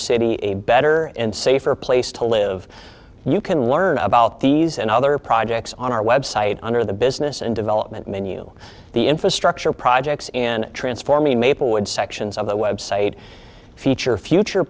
city a better and safer place to live you can learn about these and other projects on our website under the business and development manual the infrastructure projects in transforming maplewood sections of the website feature future